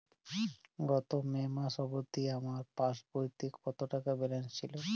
গত মে মাস অবধি আমার পাসবইতে কত টাকা ব্যালেন্স ছিল?